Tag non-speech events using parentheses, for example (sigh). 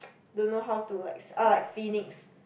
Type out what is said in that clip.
(noise) don't know how to like like um like phoenix